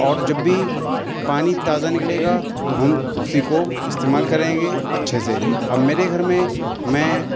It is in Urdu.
اور جب بھی پانی تازہ نکلے گا تو ہم اسی کو استعمال کریں گے اچھے سے اب میرے گھر میں میں